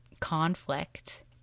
conflict